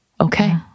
Okay